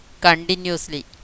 continuously